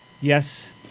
yes